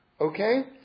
Okay